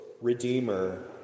redeemer